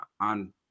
on